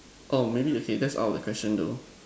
oh maybe okay that's our question though